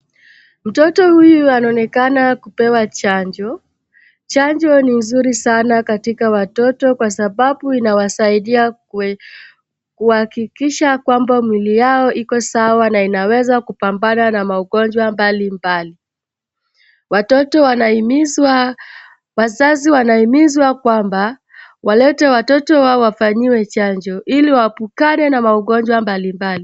Mtoto huyu anaonekana kupewa chanjo, chanjo ni nzuri sana katika watoto kwa sababu inawasaidia kuhakikisha kwamba mwili yao iko sawa na inaweza kupambana na maugonjwa mbalimbali. Watoto wanahimizwa, wazazi wanahimizwa kwamba, walete watoto wao wafanyiwe chanjo ili waepukane na magonjwa mbalimbali.